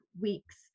weeks